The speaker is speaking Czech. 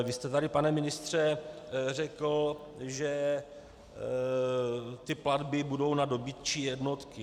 Vy jste tady, pane ministře, řekl, že ty platby budou na dobytčí jednotky.